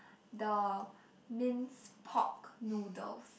the minced pork noodles